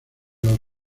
los